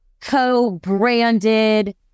co-branded